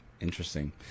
Interesting